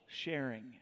sharing